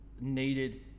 needed